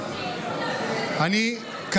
אני עכשיו מוצא.